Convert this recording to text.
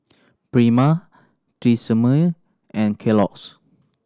Prima Tresemme and Kellogg's